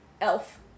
elf